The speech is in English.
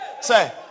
say